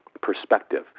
perspective